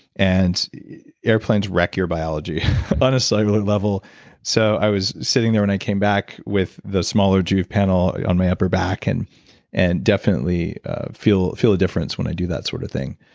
and airplanes wreck your biology on a cellular level so i was sitting there when i came back with the smaller joovv panel on my upper back and and definitely feel feel a difference when i do that sort of thing.